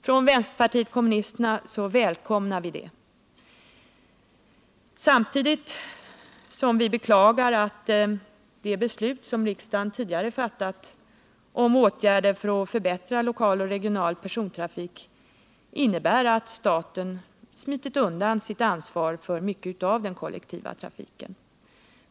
Från vänsterpartiet kommunisterna välkomnar vi detta, samtidigt som vi beklagar att det beslut som riksdagen tidigare fattat om åtgärder för att förbättra lokal och regional persontrafik innebär att staten smitit undan sitt ansvar för mycket av den kollektiva trafiken.